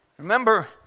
Remember